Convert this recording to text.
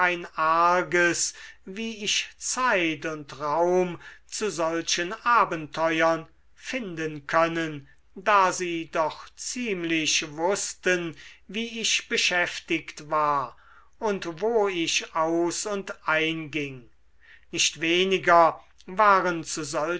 wie ich zeit und raum zu solchen abenteuern finden können da sie doch ziemlich wußten wie ich beschäftigt war und wo ich aus und ein ging nicht weniger waren